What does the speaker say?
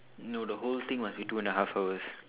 no the whole thing must be two and a half hours